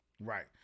right